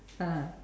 (uh huh)